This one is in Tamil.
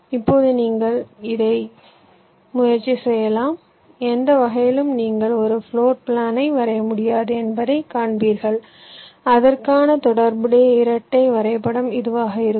இப்போது நீங்கள் இதை முயற்சி செய்யலாம் எந்த வகையிலும் நீங்கள் ஒரு பிளோர் பிளானை வரைய முடியாது என்பதைக் காண்பீர்கள் அதற்கான தொடர்புடைய இரட்டை வரைபடம் இதுவாக இருக்கும்